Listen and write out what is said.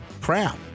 crap